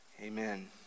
amen